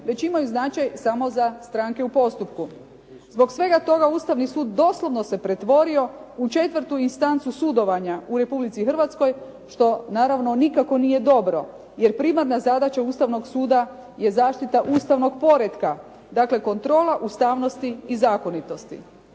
već imaju značaj samo za stranke u postupku. Zbog svega toga Ustavni sud doslovno se pretvorio u četvrtu instancu sudovanja u Republici Hrvatskoj što naravno nikako nije dobro, jer primarna zadaća Ustavnog suda je zaštita ustavnog poretka, dakle kontrola ustavnosti i zakonitosti.